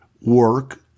work